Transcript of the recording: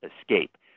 escape